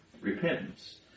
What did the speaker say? repentance